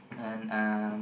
and um